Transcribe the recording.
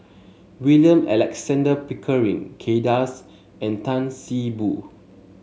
William Alexander Pickering Kay Das and Tan See Boo